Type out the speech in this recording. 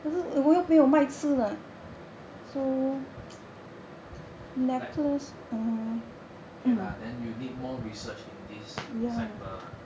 neck okay lah then you need more research in this sector